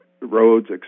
roads